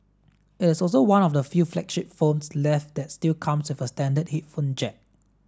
it is also one of the few flagship phones left that still comes with a standard headphone jack